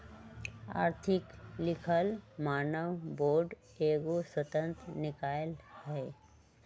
आर्थिक लिखल मानक बोर्ड एगो स्वतंत्र निकाय हइ